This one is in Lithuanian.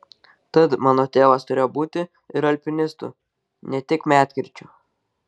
tad mano tėvas turėjo būti ir alpinistu ne tik medkirčiu